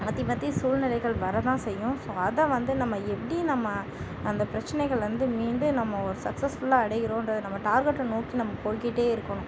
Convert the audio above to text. மாற்றி மாற்றி சூழ்நிலைகள் வரதான் செய்யும் அதை வந்து நம்ம எப்படி நம்ம அந்தப் பிரச்சனைகளில் வந்து மீண்டு நம்ம ஒரு சக்சஸ்ஃபுல்லாக அடையுறோம்ன்ற நம்ம டார்க்கெட்டை நோக்கி நம்ம போய்கிட்டே இருக்கணும்